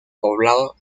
poblado